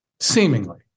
Seemingly